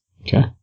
Okay